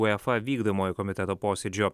uefa vykdomojo komiteto posėdžio